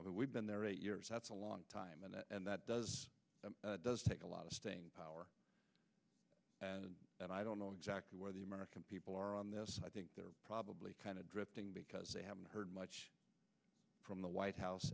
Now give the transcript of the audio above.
we've been there eight years that's a long time and that and that does does take a lot of staying power and i don't know exactly where the american people are on this i think they're probably kind of drifting because they haven't heard much from the white house